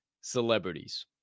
celebrities